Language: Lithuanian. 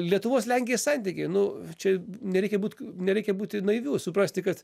lietuvos lenkijos santykiai nu čia nereikia būt nereikia būti naiviu suprasti kad